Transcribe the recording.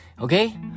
Okay